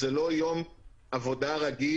התש"ף 2020; "קו שירות" כהגדרתו בפקודת התעבורה,